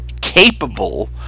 capable